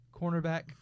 cornerback